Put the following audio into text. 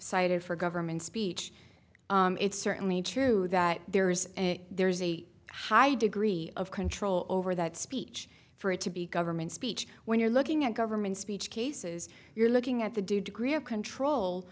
cited for government speech it's certainly true that there is and there's a high degree of control over that speech for it to be government speech when you're looking at government speech cases you're looking at the degree of control